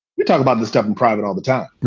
we talk about the stuff in private all the time.